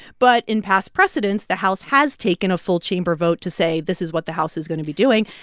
but in past precedence, the house has taken a full chamber vote to say, this is what the house is going to be doing.